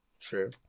True